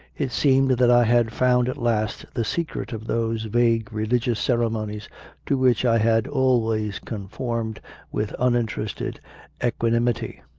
it seemed that i had found at last the secret of those vague religious ceremonies to which i had always conformed with uninterested equanimity.